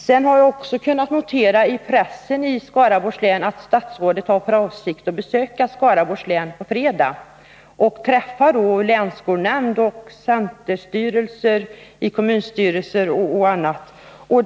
Jag har läst i pressen att statsrådet har för avsikt att besöka Skaraborgs län på fredag och där träffa representanter för bl.a. kommunstyrelser och länskolnämnd.